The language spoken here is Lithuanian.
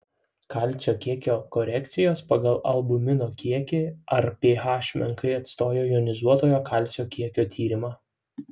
kalcio kiekio korekcijos pagal albumino kiekį ar ph menkai atstoja jonizuotojo kalcio kiekio tyrimą